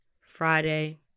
friday